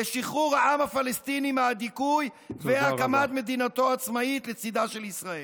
לשחרור העם הפלסטיני מהדיכוי והקמת מדינתו העצמאית לצידה של ישראל.